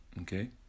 okay